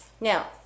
Now